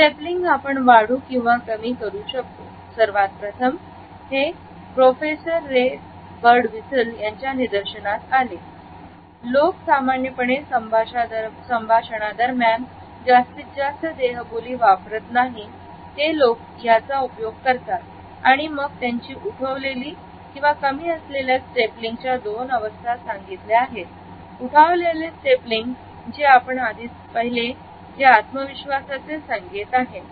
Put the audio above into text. step लिंग आपण वाढू किंवा कमी करू शकतो सर्वात प्रथम हे प्रोफेसर रे बर्डविसल यांनी निदर्शनास आले की ते लोकं सामान्यतः संभाषणादरम्यान जास्तीत जास्त देहबोली वापरत नाही ते लोक याचा उपयोग करतात आणि मग त्याची उठवलेले आणि कमी केलेल्या स्टेपलिंग च्या दोन अवस्था सांगितल्या उठवलेले स्टेपलिंग जे आपण आधीच पहिले आहेत जे आत्मविश्वासाचे संकेत आहे